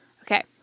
Okay